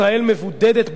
ישראל מבודדת בעולם.